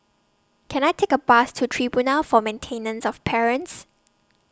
Can I Take A Bus to Tribunal For Maintenance of Parents